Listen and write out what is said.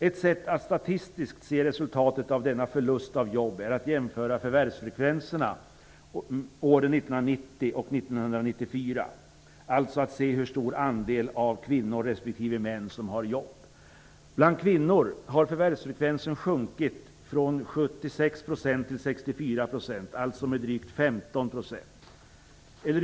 Ett sätt att statistiskt se resultatet av denna förlust av jobb är att jämföra förvärvsfrekvenserna åren 1990 och 1994, alltså att se hur stor andel av kvinnor respektive män som har jobb. Bland kvinnor har förvärvsfrekvensen sjunkit från 76 % till 64 %, alltså med drygt 15 %.